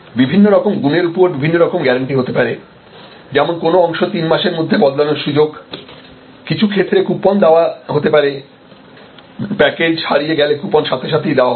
বিভিন্ন রকম গুণের উপর বিভিন্ন রকম গ্যারান্টি হতে পারে যেমন কোন অংশ তিন মাসের মধ্যে বদলাবার সুযোগ কিছু ক্ষেত্রে কুপন দেওয়া হতে পারে প্যাকেজ হারিয়ে গেলে কুপন সাথে সাথেই দেওয়া হবে